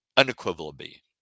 unequivocally